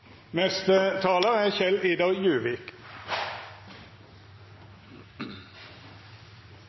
Neste taler er